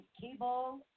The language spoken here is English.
cable